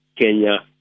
Kenya